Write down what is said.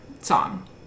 song